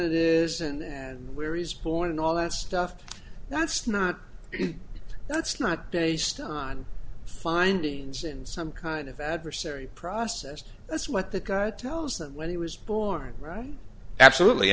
nt is and where he's born and all that stuff that's not that's not based on findings and some kind of adversary process that's what the guard tells them when he was born right absolutely